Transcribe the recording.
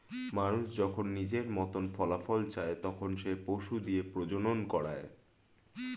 মানুষ যখন নিজের মতন ফলাফল চায়, তখন সে পশু দিয়ে প্রজনন করায়